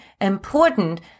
important